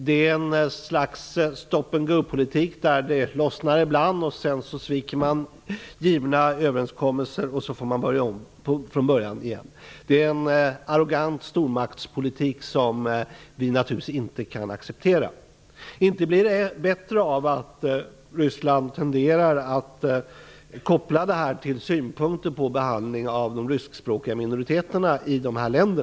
Det är ett slags stop-and-go-politik, där det ibland lossnar men där man sedan sviker träffade överenskommelser. Sedan får parterna börja om igen. Det är en arrogant stormaktspolitik, som vi naturligtvis inte kan acceptera. Det blir inte bättre av att Ryssland tenderar att koppla detta till synpunkter på behandlingen av de ryskspråkiga minoriteterna i dessa länder.